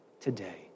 today